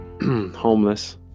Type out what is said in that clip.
homeless